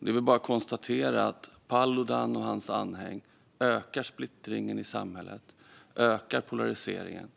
Det är bara att konstatera att Paludan och hans anhang ökar splittringen och polariseringen i samhället.